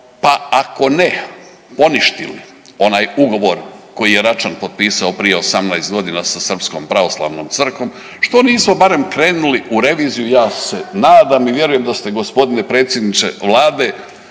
pa ako ne poništili onaj ugovor koji je Račan potpisao prije 18 godina sa Srpskom pravoslavnom crkvom što nismo barem krenuli u reviziju. Ja se nadam i vjerujem da ste gospodine predsjedniče Vlade